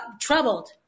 troubled